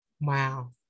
Wow